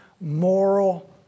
moral